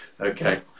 Okay